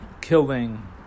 killing